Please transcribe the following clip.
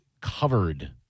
covered